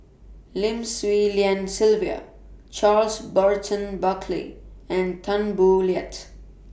Lim Swee Lian Sylvia Charles Burton Buckley and Tan Boo Liat